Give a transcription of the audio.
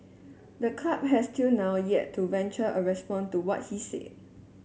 the club has till now yet to venture a response to what he said